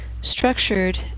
structured